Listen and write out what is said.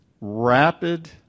rapid